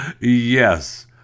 Yes